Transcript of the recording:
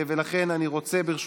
לכן אני רוצה, ברשותכם,